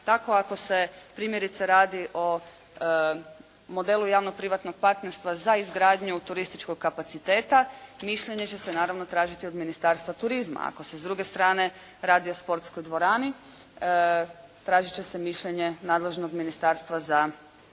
Tako ako se primjerice radi o modelu javno-privatnog partnerstva za izgradnju turističkog kapaciteta mišljenje će se naravno tražiti od Ministarstva turizma. Ako se s druge strane radi o sportskoj dvorani, tražit će se mišljenje nadležnog Ministarstva za znanost,